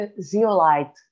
zeolite